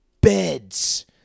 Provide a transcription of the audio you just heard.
beds